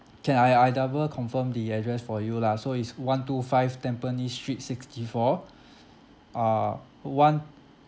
can I I double confirm the address for you lah so is one two five tampines street sixty four uh one